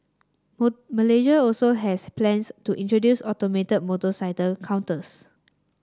Malaysia also has plans to introduce automated motorcycle counters